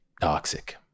Toxic